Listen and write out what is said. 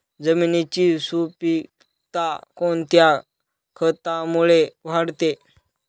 जमिनीची सुपिकता कोणत्या खतामुळे वाढते?